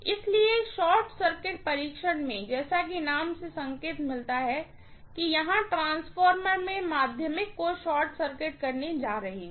इसलिए short circuit परीक्षण में जैसा कि नाम से संकेत मिलता है मैं यहां ट्रांसफार्मर में सेकेंडरी को शॉर्ट सर्किट करने जा रही हूँ